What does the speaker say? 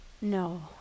No